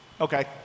okay